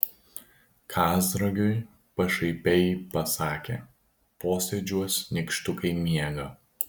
kazragiui pašaipiai pasakė posėdžiuos nykštukai miega